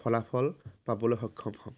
ফলাফল পাবলৈ সক্ষম হ'ম